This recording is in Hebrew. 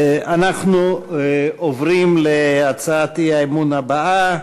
אנחנו עוברים להצעת האי-אמון הבאה,